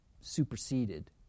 superseded